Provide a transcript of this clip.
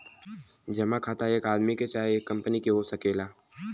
जमा खाता एक आदमी के चाहे एक कंपनी के हो सकेला